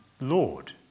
Lord